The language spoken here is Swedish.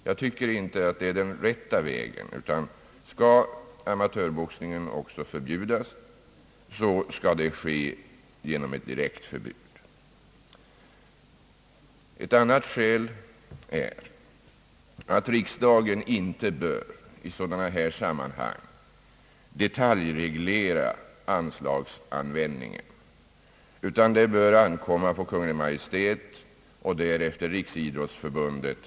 Jag tycker in te att det är rätta vägen. Skall även amatörboxningen stoppas, bör det ske genom ett direkt förbud. Ett annat skäl är att riksdagen inte bör i sådana här sammanhang detaljreglera anslagsanvändningen; den saken bör ankomma på Kungl. Maj:t och därefter Riksidrottsförbundet.